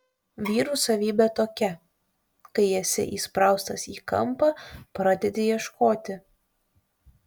vyrų savybė tokia kai esi įspraustas į kampą pradedi ieškoti